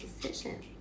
decision